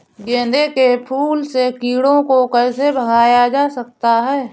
गेंदे के फूल से कीड़ों को कैसे भगाया जा सकता है?